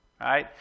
right